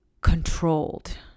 controlled